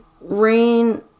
Rain